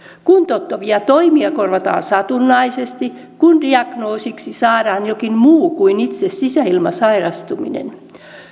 kuntouttavia toimia korvataan satunnaisesti kun diagnoosiksi saadaan jokin muu kuin itse sisäilmasairastuminen